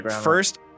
First